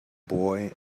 boy